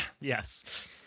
yes